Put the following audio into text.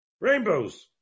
rainbows